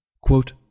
Quote